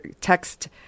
text